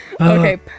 Okay